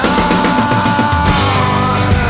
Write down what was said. on